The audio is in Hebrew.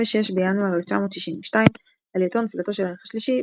26 בינואר 1962 עלייתו ונפילתו של הרייך השלישי,